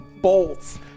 bolts